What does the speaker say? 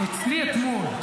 בעיניי, אצלי, אתמול.